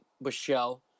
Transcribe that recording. Michelle